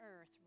earth